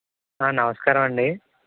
నమస్కారం అండి